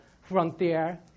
frontier